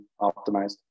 optimized